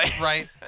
Right